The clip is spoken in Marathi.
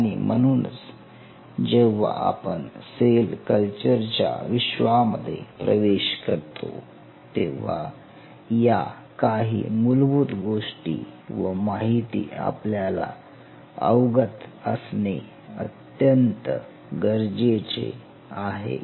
आणि म्हणूनच जेव्हा आपण सेल कल्चर च्या विश्वामध्ये प्रवेश करतो तेव्हा या काही मूलभूत गोष्टी व माहिती आपल्याला अवगत असणे गरजेचे आहे